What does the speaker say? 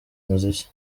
muziki